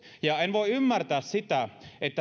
ja en voi ymmärtää sitä